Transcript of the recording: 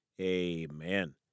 amen